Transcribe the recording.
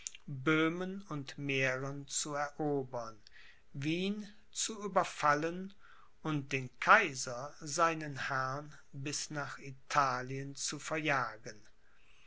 böhmen und mähren zu erobern wien zu überfallen und den kaiser seinen herrn bis nach italien zu verjagen